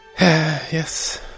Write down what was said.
Yes